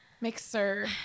Mixer